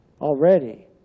already